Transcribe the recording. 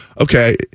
okay